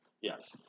Yes